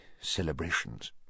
celebrations